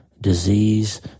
disease